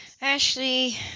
Ashley